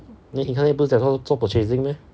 你刚才不是讲说做 purchasing meh